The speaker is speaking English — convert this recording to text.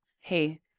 Hey